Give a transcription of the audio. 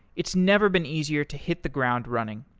it's never been easier to hit the ground running.